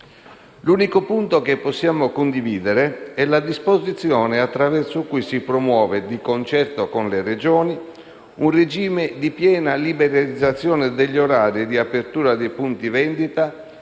L'unico punto che possiamo condividere è la disposizione attraverso cui si promuove, di concerto con le Regioni, un regime di piena liberalizzazione degli orari di apertura dei punti vendita